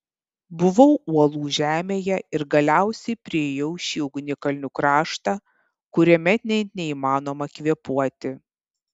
buvau uolų žemėje ir galiausiai priėjau šį ugnikalnių kraštą kuriame net neįmanoma kvėpuoti